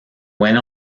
went